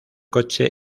coche